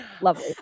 Lovely